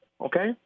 Okay